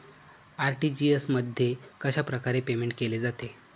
RTGS मध्ये कशाप्रकारे payment केले जाते?